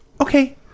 Okay